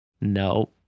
No